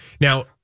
Now